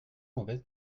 mauvaise